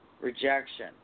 Rejection